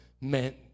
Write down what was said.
meant